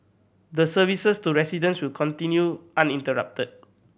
the services to residents will continue uninterrupted